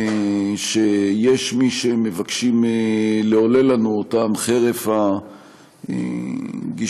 שיש מי שמבקשים לעולל לנו אותם חרף הגישה